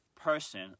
person